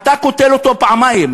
אתה קוטל אותו פעמיים.